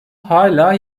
hala